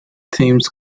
themes